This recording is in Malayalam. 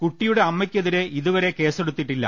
കുട്ടിയുടെ അമ്മ ക്കെതിരെ ഇതുവരെ കേസെടുത്തിട്ടില്ല